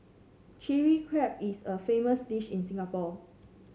Chilli Crab is a famous dish in Singapore